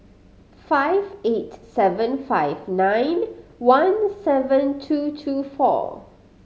five eight seven five nine one seven two two four